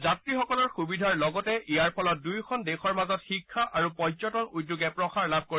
যাত্ৰীসকলৰ সুবিধাৰ লগতে ইয়াৰ ফলত দুয়োখন দেশৰ মাজত শিক্ষা আৰু পৰ্যটন উদ্যোগে প্ৰসাৰ লাভ কৰিব